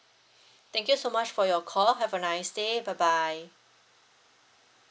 thank you so much for your call have a nice day bye bye